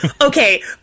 okay